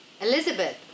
Elizabeth